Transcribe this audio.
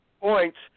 points